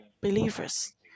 believers